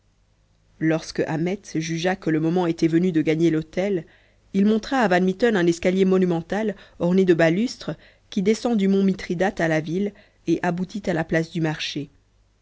lorsque ahmet jugea que le moment était venu de regagner l'hôtel il montra à van mitten un escalier monumental orné de balustres qui descend du mont mithridate à la ville et aboutit à la place du marché